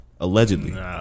Allegedly